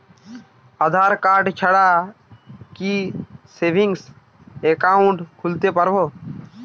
আধারকার্ড ছাড়া কি savings account খুলতে পারব?